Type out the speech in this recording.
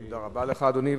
תודה רבה לך, אדוני.